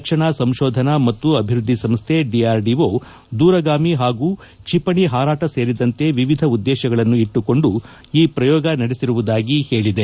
ರಕ್ಷಣಾ ಸಂಶೋಧನೆ ಮತ್ತು ಅಭಿವ್ವದ್ದಿ ಸಂಸ್ಥೆ ಡಿಆರ್ಡಿಓ ದೂರಗಾಮಿ ಹಾಗೂ ಕ್ಷಿಪಣಿ ಹಾರಾಟ ಸೇರಿದಂತೆ ವಿವಿಧ ಉದ್ದೇಶಗಳನ್ನು ಇಟ್ಟುಕೊಂಡು ಈ ಪ್ರಯೋಗ ನಡೆಸಿರುವುದಾಗಿ ಹೇಳಿದೆ